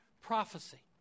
prophecy